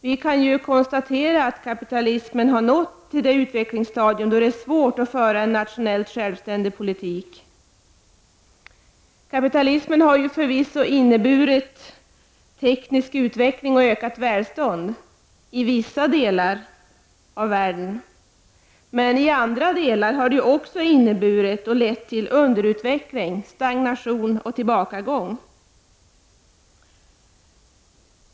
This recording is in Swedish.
Vi kan konstatera att kapitalismen har nått till det utvecklingsstadium då det är svårt att föra en nationellt självständig politik. Kapitalismen har förvisso inneburit teknisk utveckling och ökat välstånd i vissa delar av världen. I andra delar har den lett till underutveckling, stagnation och tillbakagång.